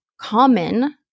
common